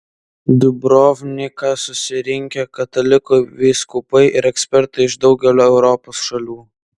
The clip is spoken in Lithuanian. dubrovniką susirinkę katalikų vyskupai ir ekspertai iš daugelio europos šalių